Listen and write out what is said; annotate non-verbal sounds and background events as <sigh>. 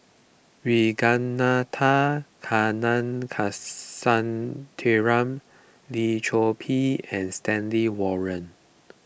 Ragunathar <unintelligible> Lim Chor Pee and Stanley Warren